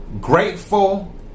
Grateful